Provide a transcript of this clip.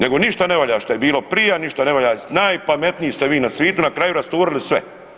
Nego ništa ne valja što je bilo prije, ništa ne valja, najpametniji ste vi na svitu, na kraju rasturili sve.